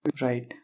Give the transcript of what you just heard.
right